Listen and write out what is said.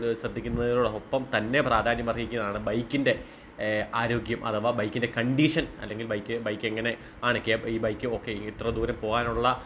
ശ്രദ്ധിക്കുന്നതിനോടൊപ്പം തന്നെ പ്രാധാന്യം അർഹിക്കുന്നതാണ് ബൈക്കിൻ്റെ ആരോഗ്യം അഥവാ ബൈക്കിൻ്റെ കണ്ടീഷൻ അല്ലെങ്കിൽ ബൈക്ക് ബൈക്ക് എങ്ങനെ ആണ് ഈ ബൈക്ക് ഓക്കെ ഇത്ര ദൂരം പോകാനുള്ള